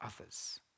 others